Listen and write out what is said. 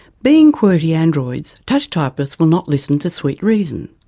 being qwerty androids, touch typists will not listen to sweet reason,